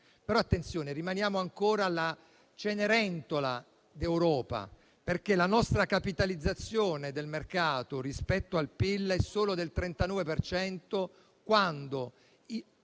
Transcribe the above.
rimaniamo ancora la cenerentola d'Europa, perché la nostra capitalizzazione del mercato rispetto al PIL è solo del 39 per cento,